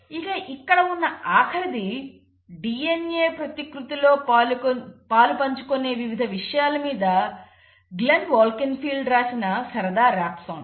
ఇక ఇక్కడ ఉన్న ఆఖరిది DNA ప్రతికృతిలో పాలుపంచుకునే వివిధ విషయాలమీద గ్లెన్ వల్కెన్ఫెల్డ్ రాసిన సరదా రాప్ సాంగ్